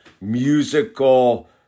musical